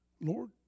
Lord